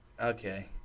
Okay